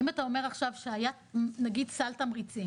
אם אתה אומר עכשיו שהיה, נגיד, סל תמריצים